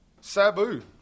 Sabu